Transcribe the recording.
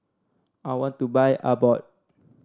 I want to buy Abbott